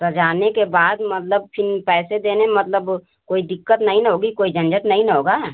सजाने के बाद मतलब फिन पैसे देने में मतलब कोई दिक़्क़त नहीं ना होगी कोई झंझट नहीं ना होगा